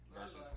versus